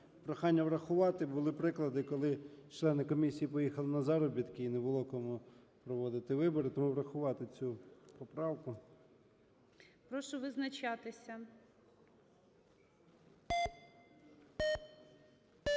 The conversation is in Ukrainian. Прохання врахувати. Були приклади, коли члени комісії поїхали на заробітки і не було кому проводити вибори. Тому врахувати цю поправку. ГОЛОВУЮЧИЙ. Прошу визначатися.